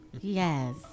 Yes